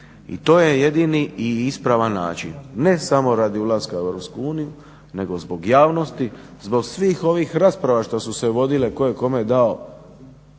I to je jedini i ispravan način ne samo radi ulaska u EU nego zbog javnosti, zbog svih ovih rasprava što su se vodile tko je kome dao